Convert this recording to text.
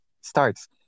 starts